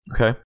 Okay